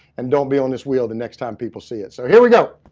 and don't be on this wheel the next time people see it. so here we go!